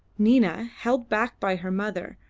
nina, held back by her mother,